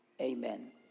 Amen